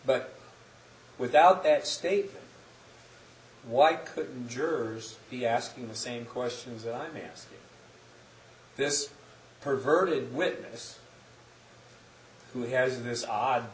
but without that state why couldn't jurors be asking the same questions that i may ask this perverted witness who has this odd